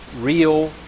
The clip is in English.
real